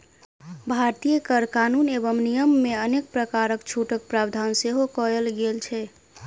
भारतीय कर कानून एवं नियममे अनेक प्रकारक छूटक प्रावधान सेहो कयल गेल छै